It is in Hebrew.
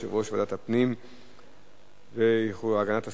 יושב-ראש ועדת הפנים והגנת הסביבה,